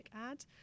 ad